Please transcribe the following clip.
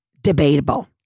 debatable